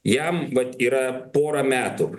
jam vat yra porą metų